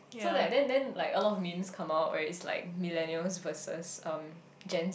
so like then then like a lot of memes come out where it's like millenials versus um gen